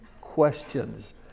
questions